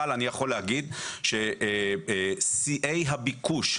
אבל אני יכול להגיד ששיאי הביקוש,